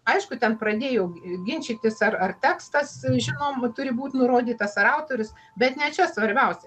aišku ten pradėjau ginčytis ar ar tekstas žinom va turi būt nurodytas ar autorius bet ne čia svarbiausia